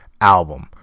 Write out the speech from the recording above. album